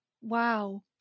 wow